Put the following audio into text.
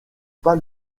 pas